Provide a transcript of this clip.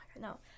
no